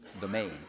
domain